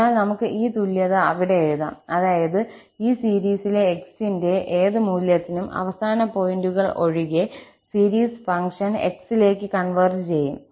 അതിനാൽ നമുക്ക് ഈ തുല്യത അവിടെ എഴുതാം അതായത് ഈ സീരീസിലെ 𝑥 ന്റെ ഏത് മൂല്യത്തിനും അവസാന പോയിന്റുകൾ ഒഴികെ സീരീസ് ഫംഗ്ഷൻ 𝑥 ലേക്ക് കൺവെർജ് ചെയ്യും